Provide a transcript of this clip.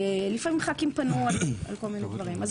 לפעמים ח"כים פנו על כול מיני דברים.